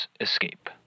escape